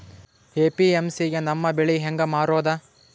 APMC ಗೆ ನಮ್ಮ ಬೆಳಿ ಹೆಂಗ ಮಾರೊದ?